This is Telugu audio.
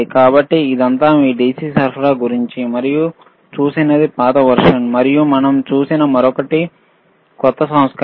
కాబట్టి ఇదంతా మీ DC విద్యుత్ సరఫరా గురించి మనం చూసినది పాత వెర్షన్ మరియు మనం చూసిన మరొకటి క్రొత్త సంస్కరణ